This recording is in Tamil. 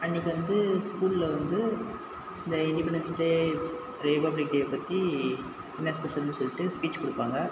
அன்றைக்கி வந்து ஸ்கூலில் வந்து இந்த இண்டிபெண்டன்ஸ் டே ரிபப்ளிக் டே பற்றி என்ன ஸ்பெஷல்ன்னு சொல்லிட்டு ஸ்பீச் கொடுப்பாங்க